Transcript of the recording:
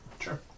Sure